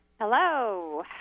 Hello